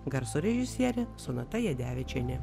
garso režisierė sonata jadevičienė